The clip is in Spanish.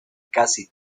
casi